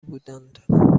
بودند